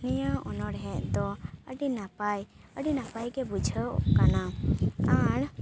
ᱱᱤᱭᱟᱹ ᱚᱱᱚᱲᱦᱮᱸ ᱫᱚ ᱟᱹᱰᱤ ᱱᱟᱯᱟᱭ ᱟᱹᱰᱤ ᱱᱟᱯᱟᱭ ᱜᱮ ᱵᱩᱡᱷᱟᱹᱣᱚᱜ ᱠᱟᱱᱟ ᱟᱨ